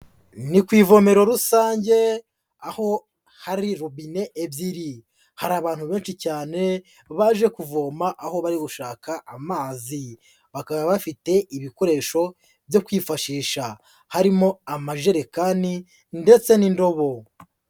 Ni ku ivomero rusange, aho hari robine ebyiri. Hari abantu benshi cyane baje kuvoma aho bari gushaka amazi. bakaba bafite ibikoresho byo kwifashisha, harimo amajerekani ndetse n'indobo.